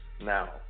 now